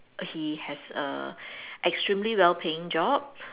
he has a extremely well paying job